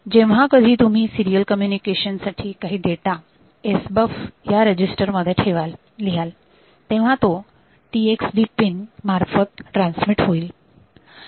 जेव्हा कधी तुम्ही सिरीयल कम्युनिकेशन साठी काही डेटा SBUF ह्या रेजिस्टर मध्ये लिहाल तेव्हा तो TXD पिन मार्फत ट्रान्समिट होईल